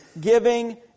giving